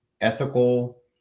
ethical